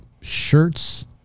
shirts